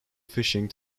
fishing